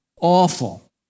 awful